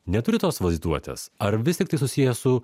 neturi tos vaizduotės ar vis tik tai susiję su